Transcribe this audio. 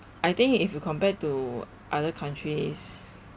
I think if you compared to other countries